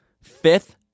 fifth